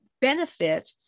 benefit